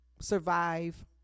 survive